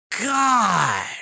God